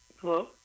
Hello